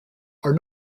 are